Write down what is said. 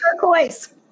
turquoise